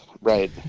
right